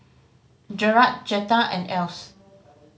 Jerrad Jetta and Else